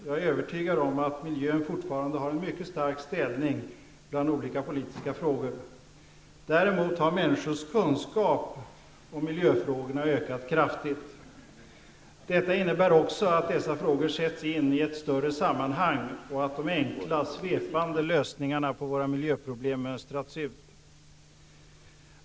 Jag är övertygad om att miljön fortfarande har en mycket stark ställning bland olika politiska frågor. Däremot har människors kunskap om miljöfrågorna ökat kraftigt. Detta innebär också att dessa frågor sätts in i ett större sammanhang och att de enkla, svepande lösningarna på våra miljöproblem mönstrats ut.